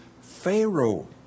Pharaoh